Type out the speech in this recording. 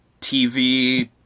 TV